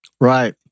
Right